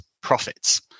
profits